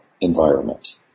environment